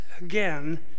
again